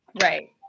Right